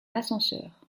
ascenseur